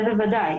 לא הבנתי.